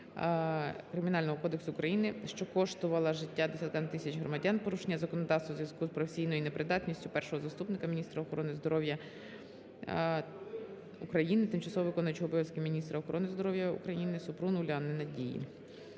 Кримінального кодексу України), що коштувала життя десяткам тисяч громадян, порушення законодавства в зв'язку з професійною непридатністю першого заступника міністра охорони здоров'я України, тимчасово виконуючого обов'язки міністра охорони здоров'я України Супрун Уляни Надії.